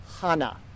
Hana